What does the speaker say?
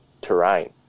terrain